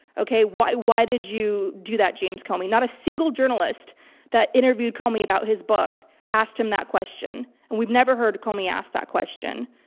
okay. why? why did you do that, james comey? not a single journalist that interviewed comey about his book asked him that question and we've never heard comey asked that question.